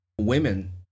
women